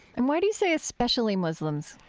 and why do you say especially muslims?